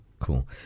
cool